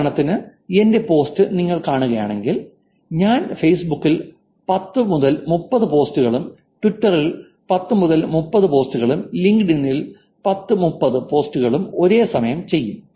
ഉദാഹരണത്തിന് എന്റെ പോസ്റ്റ് നിങ്ങൾ കാണുകയാണെങ്കിൽ ഞാൻ ഫേസ്ബുക്കിൽ 10 30 പോസ്റ്റുകളും ട്വിറ്ററിൽ 10 30 പോസ്റ്റുകളും ലിങ്ക്ഡ്ഇനിൽ 10 30 പോസ്റ്റുകളും ഒരേ സമയം ചെയ്യും